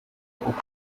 ukugira